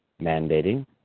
mandating